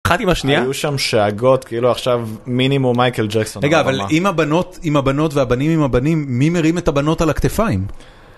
אחת עם השנייה, היו שם שאגות, כאילו עכשיו מינימום מייקל ג'קסון. רגע, אבל אם הבנות עם הבנות, והבנים עם הבנים, מי מרים את הבנות על הכתפיים?